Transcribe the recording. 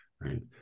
right